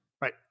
right